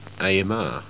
AMR